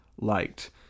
liked